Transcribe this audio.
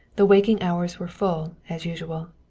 the waking hours were full, as usual.